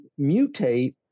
mutate